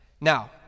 Now